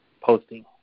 posting